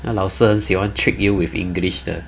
那些老师很喜欢 trick you with english 的